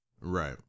Right